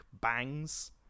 bangs